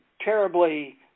terribly